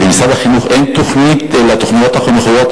במשרד החינוך אין תקציב לתוכניות החינוכיות?